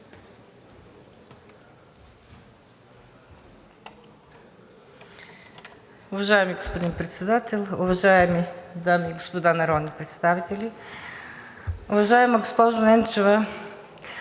Уважаеми господин Председател, уважаеми дами и господа народни представители! Колега Гунчева,